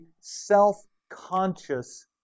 self-conscious